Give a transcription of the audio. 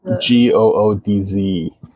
G-O-O-D-Z